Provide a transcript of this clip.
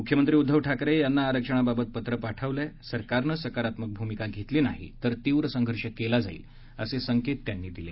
मुख्यमंत्री उद्दव ठाकरे यांना आरक्षणाबाबत पत्र पाठवलं आहे सरकारनं सकारात्मक भूमिका घेतली नाही तर तीव्र संघर्ष केला जाईल असे संकेत त्यांनी दिले